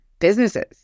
businesses